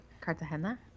Cartagena